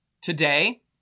Today